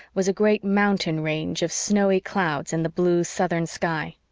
was a great mountain range of snowy clouds in the blue southern sky.